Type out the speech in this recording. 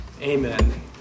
Amen